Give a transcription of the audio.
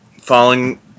falling